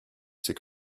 c’est